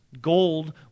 Gold